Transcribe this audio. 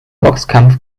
boxkampf